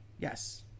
Yes